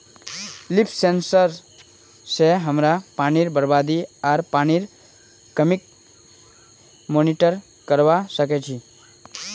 leaf sensor स हमरा पानीर बरबादी आर पानीर कमीक मॉनिटर करवा सक छी